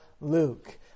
Luke